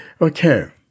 Okay